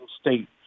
State